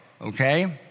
okay